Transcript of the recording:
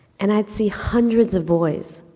and i'd see hundreds of boys,